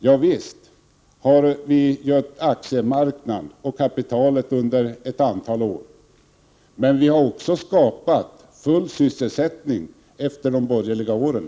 Ja visst, vi har gött aktiemarknaden och kapitalet under ett antal år, men vi har också skapat full sysselsättning efter de borgerliga åren.